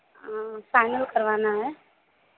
final करवाना है